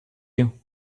you